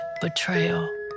betrayal